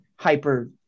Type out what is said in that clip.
hyper